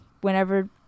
whenever